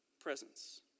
presence